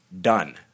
Done